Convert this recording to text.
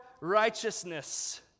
righteousness